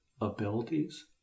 abilities